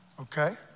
Okay